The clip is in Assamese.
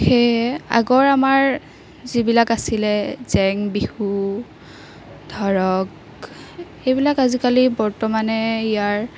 সেয়ে আগৰ আমাৰ যিবিলাক আছিলে জেং বিহু ধৰক এইবিলাক আজিকালি বৰ্তমানে ইয়াৰ